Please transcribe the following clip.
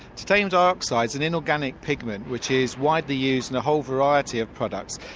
titanium dioxide is an inorganic pigment which is widely used in a whole variety of products,